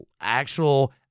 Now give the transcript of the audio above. actual